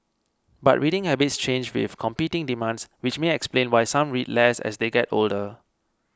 but reading habits change with competing demands which may explain why some read less as they get older